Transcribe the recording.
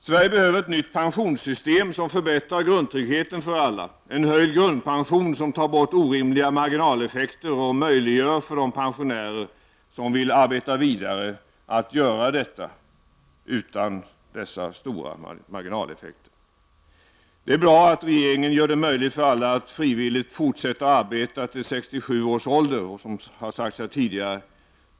Sverige behöver ett nytt pensionssystem som förbättrar grundtryggheten för alla, en höjd grundpension som tar bort orimliga marginaleffekter och möjliggör för de pensionärer som vill arbeta vidare att göra detta utan stora marginaleffekter. Det är bra att regeringen gör det möjligt för alla att frivil 15 ligt fortsätta arbeta till 67 års ålder, som det har sagts här tidigare.